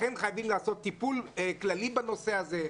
לכן חייבים לעשות טיפול כללי בנושא הזה,